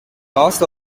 cast